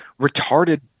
retarded